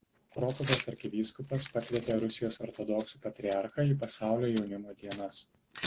krokuvos arkivyskupas pakvietė rusijos ortodoksų patriarchą į pasaulio jaunimo dienas